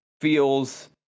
feels